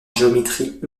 géométrie